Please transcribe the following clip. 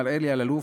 מר אלי אלאלוף,